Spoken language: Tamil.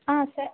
ஆ சார்